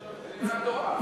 חזרה הביתה.